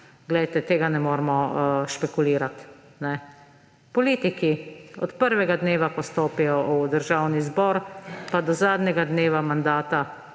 glejte, s tem ne moremo špekulirati. Politiki od prvega dneva, ko stopijo v Državni zbor, pa do zadnjega dneva mandata